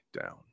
down